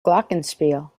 glockenspiel